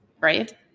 Right